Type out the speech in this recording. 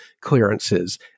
clearances